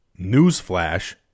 Newsflash